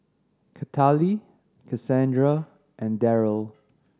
Cathaly Casandra and Darryle